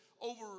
over